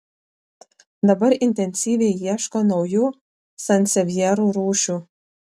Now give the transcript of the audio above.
dabar intensyviai ieško naujų sansevjerų rūšių